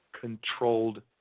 controlled